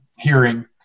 Hearing